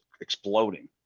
exploding